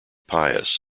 pious